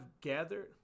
gathered